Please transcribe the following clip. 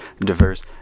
diverse